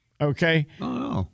Okay